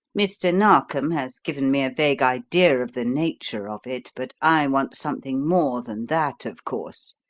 mr. narkom has given me a vague idea of the nature of it, but i want something more than that, of course.